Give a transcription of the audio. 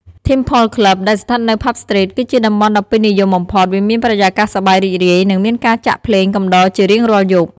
Temple Club ដែលស្ថិតនៅ Pub Street គឺជាតំបន់ដ៏ពេញនិយមបំផុត វាមានបរិយាកាសសប្បាយរីករាយ និងមានការចាក់ភ្លេងកំដរជារៀងរាល់យប់។